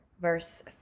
verse